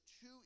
two